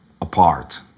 apart